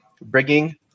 bringing